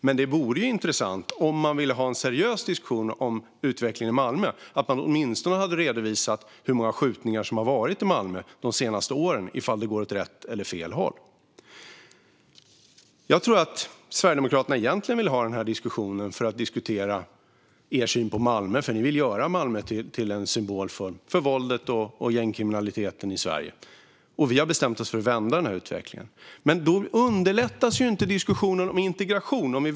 Men vill man ha en seriös diskussion om utvecklingen i Malmö är det intressant att åtminstone redovisa hur många skjutningar som har skett i Malmö de senaste åren och om det går åt rätt eller fel håll. Jag tror att Sverigedemokraterna egentligen ville ha den här diskussionen för att få diskutera sin syn på Malmö. De vill nämligen göra Malmö till en symbol för våldet och gängkriminaliteten i Sverige, medan vi har bestämt oss för att vända utvecklingen. Integrationen, om vi växlar spår, underlättas inte av detta.